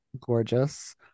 gorgeous